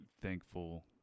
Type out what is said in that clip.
thankful